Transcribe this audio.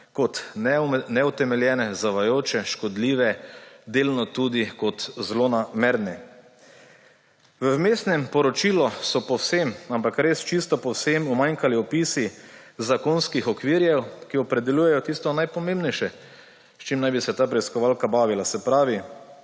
kot neutemeljene, zavajajoče, škodljive, delno tudi kot zlonamerne. V Vmesnem poročilu so povsem, ampak res čisto povsem, umanjkali opisi zakonskih okvirjev, ki opredeljujejo tisto najpomembnejše, s čim naj bi se ta preiskovalka bavila. Se pravi,